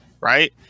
right